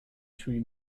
two